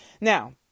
Now